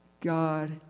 God